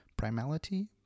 primality